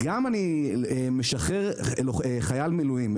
גם אני משחרר חייל מילואים,